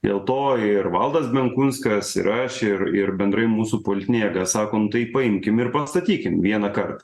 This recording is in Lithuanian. dėl to ir valdas benkunskas ir aš ir ir bendrai mūsų politinė jėga sakome tai paimkim ir pastatykim vienąkart